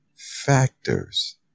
factors